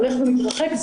הולך ומתרחק.